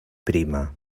prima